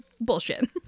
bullshit